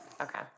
Okay